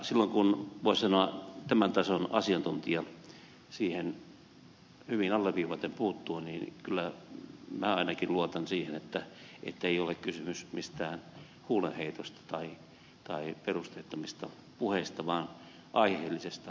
silloin kun voisi sanoa tämän tason asiantuntija siihen hyvin alleviivaten puuttuu kyllä minä ainakin luotan siihen ettei ole kysymys mistään huulenheitosta tai perusteettomista puheista vaan aiheellisesta todellisesta huolesta